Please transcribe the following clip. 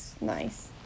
nice